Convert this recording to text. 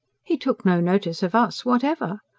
he took no notice of us whatever.